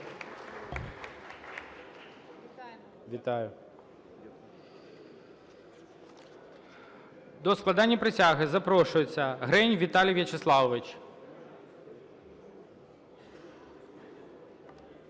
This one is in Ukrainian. Вітаю. До складення присяги запрошується Грень Віталій Вячеславович.